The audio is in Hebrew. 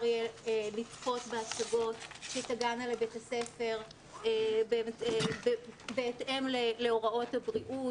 יהיה לצפות בהצגות שתגענה לבית הספר בהתאם להוראות הבריאות,